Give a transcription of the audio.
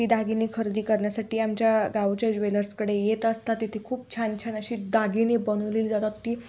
ती दागिने खरेदी करण्यासाठी आमच्या गावच्या ज्वेलर्सकडे येत असतात तिथे खूप छान छान अशी दागिने बनवलेली जातात ती